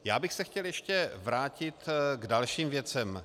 Já bych se chtěl ještě vrátit k dalším věcem.